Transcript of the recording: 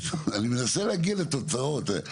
אני מנסה להגיע לתוצאות,